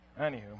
Anywho